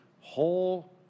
whole